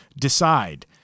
Decide